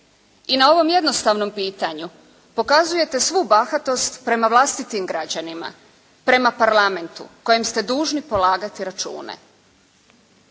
I na ovom jednostavnom pitanju pokazujete svu bahatost prema vlastitim građanima, prema Parlamentu kojem ste dužni polagati račune.